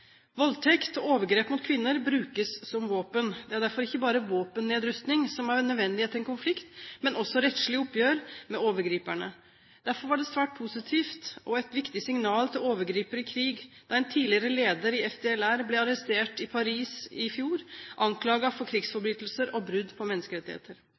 Voldtekt og overgrep mot kvinner brukes som våpen. Det er derfor ikke bare våpennedrustning som er nødvendig etter en konflikt, men også rettslige oppgjør med overgriperne. Derfor var det svært positivt og et viktig signal til overgripere i krig da en tidligere leder i FDLR ble arrestert i Paris i fjor, anklaget for krigsforbrytelser og brudd på menneskerettigheter.